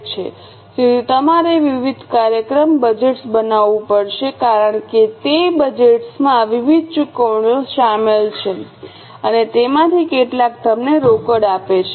તેથી તમારે વિવિધ કાર્યાત્મક બજેટ્સ બનાવવું પડશે કારણ કે તે બજેટ્સમાં વિવિધ ચુકવણીઓ શામેલ છે અને તેમાંથી કેટલાક તમને રોકડ આપે છે